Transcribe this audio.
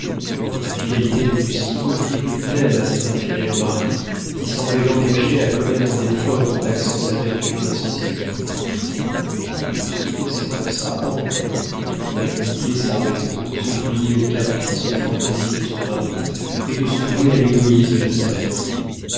la fidélité d'augustine déplut même à cet infidèle mari qui semblait l'engager à commettre des fautes en taxant sa vertu d'insensibilité augustine s'efforça en vain d'abdiquer sa raison de se plier aux caprices aux fantaisies de son mari et de se vouer à l'égoïsme de sa vanité